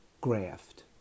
graft